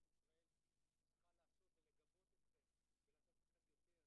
ישראל צריכה לעשות זה לגבות אתכם ולתת לכם יותר,